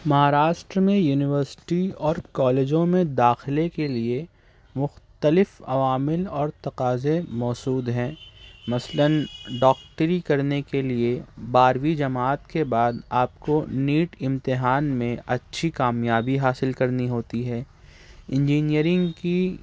مہاراشٹرا میں یونیورسٹی اور کالجوں میں داخلے کے لئے مختلف عوامل اور تقاضے موسود ہیں مثلاً ڈاکٹری کرنے کے لئے بارہویں جماعت کے بعد آپ کو نِیٹ امتحان میں اچھی کامیابی حاصل کرنی ہوتی ہے انجینئرنگ کی